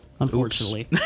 Unfortunately